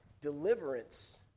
Deliverance